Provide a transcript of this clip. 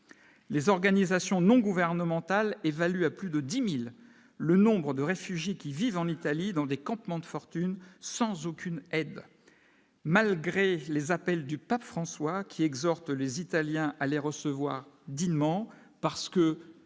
Les organisations non gouvernementales évaluent à plus de 10000 le nombre de réfugiés qui vivent en Italie dans des campements de fortune, sans aucune aide, malgré les appels du pape, François, qui exhorte les Italiens allaient recevoir dignement, parce que